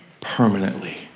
permanently